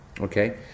okay